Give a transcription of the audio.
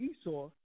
Esau